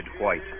white